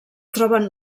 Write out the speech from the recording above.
troben